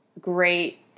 great